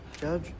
Judge